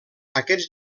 aquests